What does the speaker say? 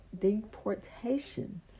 deportation